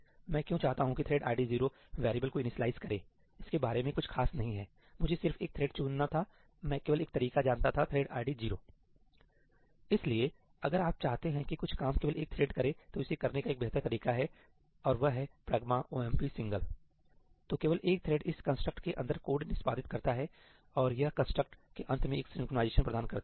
मैं क्यों चाहता हूं की थ्रेड आईडी 0 वेरिएबल को इनिशियलाइज़ करें इसके बारे में कुछ खास नहीं है मुझे सिर्फ एक थ्रेड चुनना था मैं केवल एक तरीका जानता था थ्रेड आईडी 0 सही है इसलिए अगर आप चाहते हैं कि कुछ काम केवल एक थ्रेड करे तो इसे करने का एक बेहतर तरीका है और वह है ' pragma omp single " pragma omp single' तो केवल एक थ्रेड इस कंस्ट्रक्ट के अंदर कोड निष्पादित करता है और यह कंस्ट्रक्ट के अंत में एक सिंक्रनाइज़ेशन प्रदान करता है